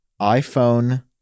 iPhone